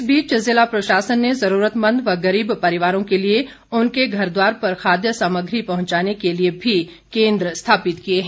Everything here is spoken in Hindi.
इस बीच ज़िला प्रशासन ने ज़रूरतमंद व गरीब परिवारों के लिए उनके घरद्वार पर खाद्य सामग्री पहुंचाने के लिए भी केन्द्र स्थापित किए हैं